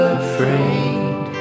afraid